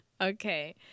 Okay